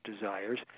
desires